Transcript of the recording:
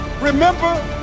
remember